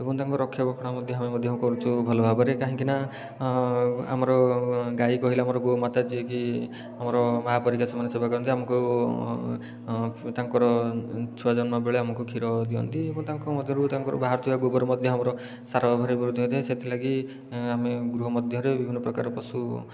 ଏବଂ ତାଙ୍କର ରକ୍ଷଣା ବେକ୍ଷଣ ମଧ୍ୟ ଆମେ କରୁଛୁ ଭଲ ଭାବରେ କାହିଁକିନା ଆମର ଗାଈ କହିଲେ ଆମର ଗୋମାତା ଯିଏକି ଆମର ମାଆ ପରିକା ସେମାନେ ସେବା କରନ୍ତି ଆମକୁ ତାଙ୍କର ଛୁଆ ଜନ୍ମ ବେଳେ ଆମକୁ କ୍ଷୀର ଦିଅନ୍ତି ଏବଂ ତାଙ୍କ ମଧ୍ୟରୁ ତାଙ୍କର ବାହାରୁଥିବା ଗୋବର ମଧ୍ୟ ଆମର ସାର ଭାବରେ ବ୍ୟବହୃତ ହୋଇଥାଏ ସେଥିଲାଗି ଆମେ ଗୃହ ମଧ୍ୟରେ ବିଭିନ୍ନ ପ୍ରକାର ପଶୁ